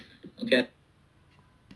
okay I guess now we can start